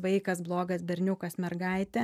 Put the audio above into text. vaikas blogas berniukas mergaitė